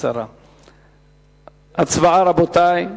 הצבעה, רבותי.